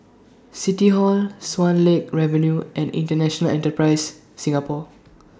City Hall Swan Lake Avenue and International Enterprise Singapore